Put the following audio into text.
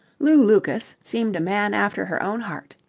lew lucas seemed a man after her own heart.